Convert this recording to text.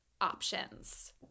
options